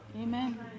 Amen